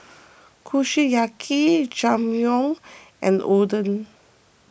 Kushiyaki Jajangmyeon and Oden